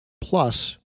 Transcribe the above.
plus